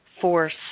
force